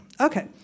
Okay